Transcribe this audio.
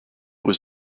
was